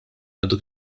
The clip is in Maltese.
għadu